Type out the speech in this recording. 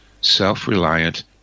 self-reliant